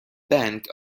bank